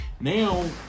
Now